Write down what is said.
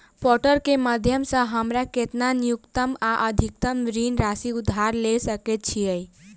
Portal केँ माध्यम सऽ हमरा केतना न्यूनतम आ अधिकतम ऋण राशि उधार ले सकै छीयै?